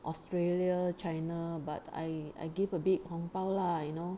australia china but I I give a bit 红包 lah you know